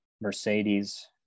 Mercedes